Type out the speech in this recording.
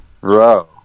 Bro